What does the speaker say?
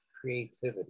creativity